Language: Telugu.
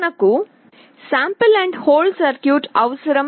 మనకు నమూనా మరియు సర్క్యూట్ ఎందుకు అవసరం